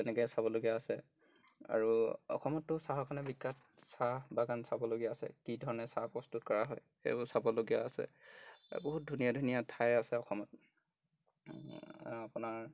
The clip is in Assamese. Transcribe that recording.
তেনেকৈ চাবলগীয়া আছে আৰু অসমততো চাহৰ কাৰণে বিখ্যাত চাহ বাগান চাবলগীয়া আছে কি ধৰণে চাহ প্ৰস্তুত কৰা হয় সেইবোৰ চাবলগীয়া আছে বহুত ধুনীয়া ধুনীয়া ঠাই আছে অসমত আপোনাৰ